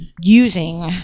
Using